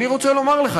אני רוצה לומר לך,